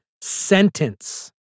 sentence